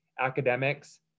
academics